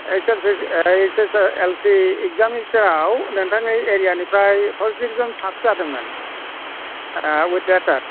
ओइत्स S L C इग्जामनि सायाव नोंथांनि एरियानिफ्राय फार्स्ट दिभिजन साबैसे जादोंमोन विथ लेटार